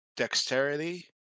dexterity